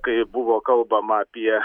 kai buvo kalbama apie